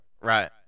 Right